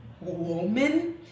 woman